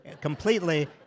completely